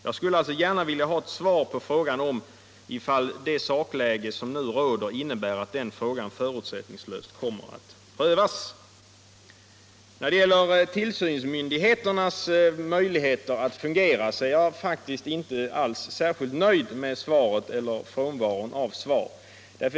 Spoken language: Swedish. Jag skulle alltså gärna vilja ha ett svar på frågan huruvida det sakläge som nu råder innebär att den frågan förutsättningslöst kommer att prövas. När det gäller tillsynsmyndigheternas möjligheter att fungera är jag faktiskt inte alls särskild nöjd med svaret, eller frånvaron av svar.